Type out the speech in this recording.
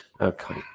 okay